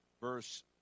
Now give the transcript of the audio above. verse